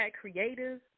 creative